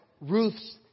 Ruth's